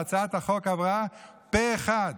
והצעת החוק עברה פה אחד.